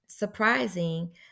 surprising